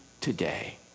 today